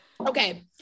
okay